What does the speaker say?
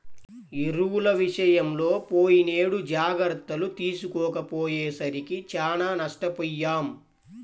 ఎరువుల విషయంలో పోయినేడు జాగర్తలు తీసుకోకపోయేసరికి చానా నష్టపొయ్యాం